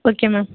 okay ma'am